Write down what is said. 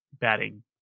batting